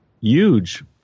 huge